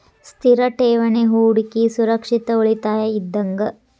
ಸ್ಥಿರ ಠೇವಣಿ ಹೂಡಕಿ ಸುರಕ್ಷಿತ ಉಳಿತಾಯ ಇದ್ದಂಗ